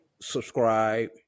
subscribe